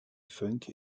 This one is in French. funk